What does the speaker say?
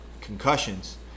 concussions